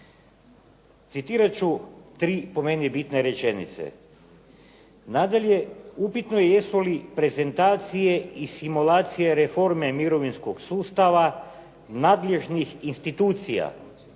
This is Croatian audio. Citirat ću po meni tri bitne rečenice. Nadalje, upitno je jesu li prezentacije i simulacije reforme mirovinskog sustava nadležnih institucija